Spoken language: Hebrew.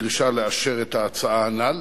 בדרישה לאשר את ההצעה הנ"ל.